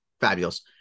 Fabulous